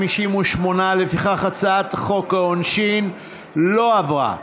58. לפיכך הצעת חוק העונשין לא עברה.